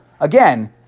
again